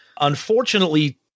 unfortunately